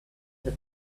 the